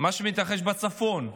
מה שמתרחש בצפון,